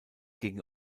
gegen